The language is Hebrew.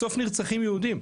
בסוף נרצחים יהודים.